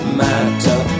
matter